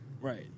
Right